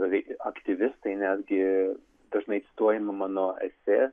veik aktyvistai netgi dažnai cituojami mano esė